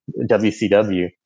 wcw